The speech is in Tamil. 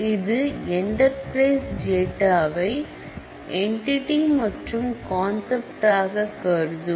இது என்டர்பிரைசஸ் டேட்டாவை எண்டிடி மற்றும் கான்செப்ட் ஆக கருதும்